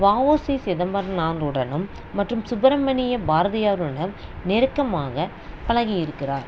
வஉசி சிதம்பரனாருடனும் மற்றும் சுப்பிரமணிய பாரதியாருடன் நெருக்கமாக பழகி இருக்கிறார்